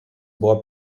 buvo